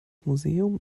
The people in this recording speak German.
museum